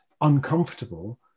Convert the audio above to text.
uncomfortable